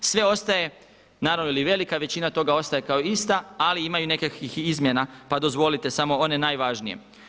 Sve ostaje, naravno ili velika većina toga ostaje kao ista ali ima i nekakvih izmjena pa dozvolite samo one najvažnije.